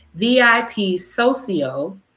VIPSocio